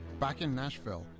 back in nashville,